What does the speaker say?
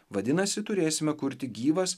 vadinasi turėsime kurti gyvas